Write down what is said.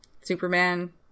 Superman